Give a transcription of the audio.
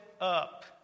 up